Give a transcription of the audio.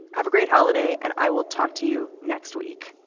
have a great holiday. and i will talk to you next week